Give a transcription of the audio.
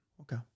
Okay